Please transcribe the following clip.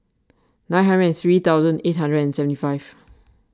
nine hundred and three thousand eight hundred and seventy five